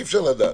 אי אפשר לדעת.